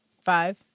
five